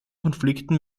konflikten